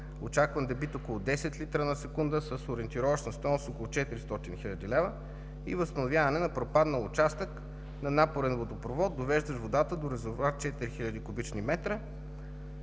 очакван дебит около десет литра на секунда с ориентировъчна стойност около 400 хил. лв. и възстановяване на пропаднал участък на напорен водопровод, довеждащ водата до резервоар – 4000 куб. м.